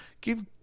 give